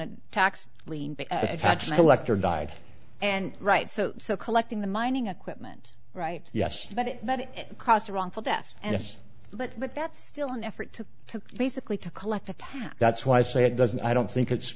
elector died and right so so collecting the mining equipment right yes but that it cost a wrongful death and it's but that's still an effort to to basically to collect that's why i say it doesn't i don't think it's